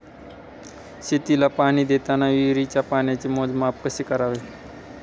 शेतीला पाणी देताना विहिरीच्या पाण्याचे मोजमाप कसे करावे?